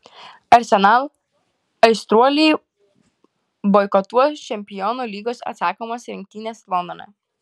arsenal aistruoliai boikotuos čempionų lygos atsakomas rungtynes londone